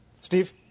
Steve